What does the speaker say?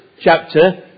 chapter